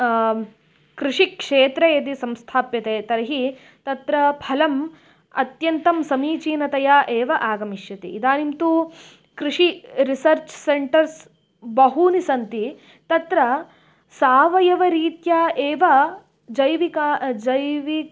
कृषिक्षेत्रे यदि संस्थाप्यते तर्हि तत्र फलम् अत्यन्तं समीचीनतया एव आगमिष्यति इदानीं तु कृषि रिसर्च् सेण्टर्स् बहूनि सन्ति तत्र सावयवरीत्या एव जैविका जैविक